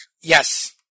Yes